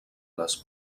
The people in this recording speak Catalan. les